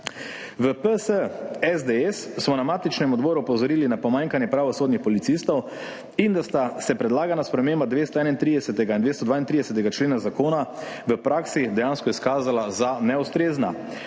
V PS SDS smo na matičnem odboru opozorili na pomanjkanje pravosodnih policistov in da sta se predlagani spremembi 231. ter 232. člena Zakona v praksi dejansko izkazali za neustrezni.